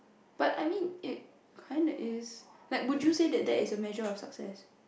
but I mean it kinda is like would you say that is a measure for success